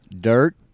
Dirt